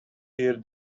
hear